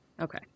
Okay